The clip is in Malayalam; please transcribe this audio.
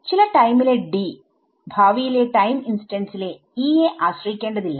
ചില ടൈമിലെ D ഭാവിയിലെ ടൈം ഇൻസ്റ്റൻസിലെE യെ ആശ്രയിക്കേണ്ടതില്ല